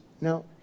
now